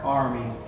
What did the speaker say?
army